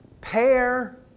Pair